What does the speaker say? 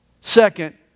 Second